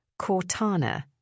Cortana